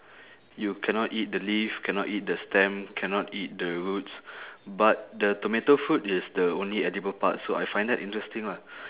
you cannot eat the leaf cannot eat the stem cannot eat the roots but the tomato fruit is the only edible part so I find that interesting lah